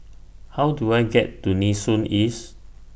How Do I get to Nee Soon East